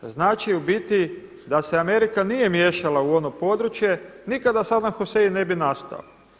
Znači u biti da se Amerika nije miješala u ono područje nikad Sadam Husein ne bi nastao.